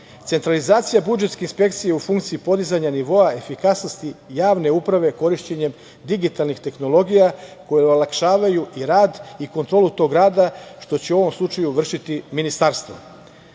Centralizacija budžetske inspekcije u funkciji podizanja nivoa efikasnosti javne uprave korišćenjem digitalnih tehnologija koji olakšavaju rad i kontrolu tog rada što će u ovom slučaju vršiti ministarstvo. Mislim